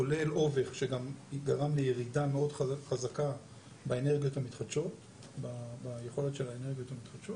כולל אובך שגם גרם לירידה מאוד חזקה ביכולת של האנרגיות המתחדשות